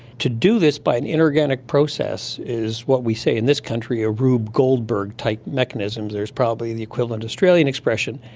to do this by an inorganic process is what we say in this country a rube goldberg type mechanism. there's probably an equivalent australian expression,